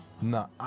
No